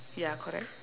ya correct